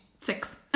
six